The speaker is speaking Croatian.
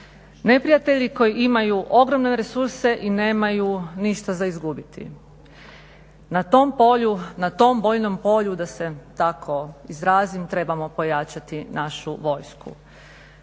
Neprijatelji koji imaju ogromne resurse i nemaju ništa za izgubiti. Na tom polju, na tom bojnom polju, da se tako izrazim trebamo pojačati našu vojsku.